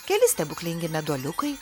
keli stebuklingi meduoliukai